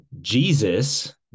Jesus